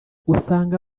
usanga